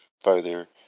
further